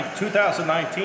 2019